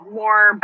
more